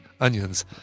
onions